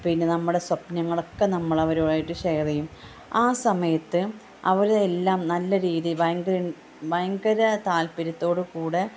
പിന്നെ നമ്മുടെ സ്വപ്നങ്ങളൊക്കെ നമ്മൾ അവരുമായിട്ട് ഷെയർ ചെയ്യും ആ സമയത്ത് അവർ എല്ലാം നല്ല രീതിയിൽ ഭയങ്കര ഭയങ്കര താല്പര്യത്തോടു കൂടെ